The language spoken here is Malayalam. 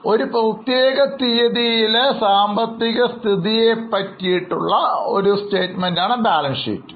അതിനാൽ ഒരു പ്രത്യേക തീയതിയിലെ സാമ്പത്തിക സ്ഥിതിയെക്കുറിച്ച് നൽകുന്ന ഒരു പ്രസ്താവനയാണ് ബാലൻസ് ഷീറ്റ്